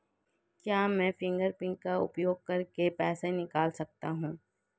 क्या मैं फ़िंगरप्रिंट का उपयोग करके पैसे निकाल सकता हूँ?